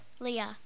Leah